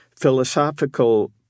philosophical